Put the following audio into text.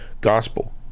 gospel